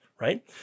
right